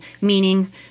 meaning